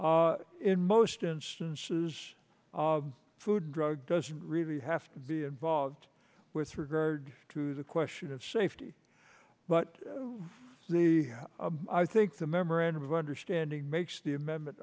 in most instances of food drug doesn't really have to be involved with regard to the question of safety but the i think the memorandum of understanding makes the amendment